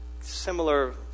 similar